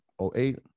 08